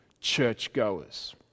churchgoers